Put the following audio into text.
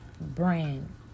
brand